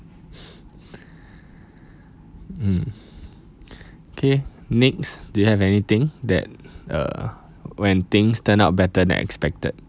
mm kay next do you have anything that uh when things turn out better than expected